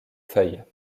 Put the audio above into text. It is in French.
feuille